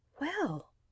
Well